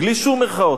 בלי שום מירכאות,